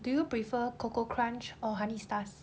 do you prefer koko krunch or honey stars